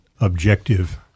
objective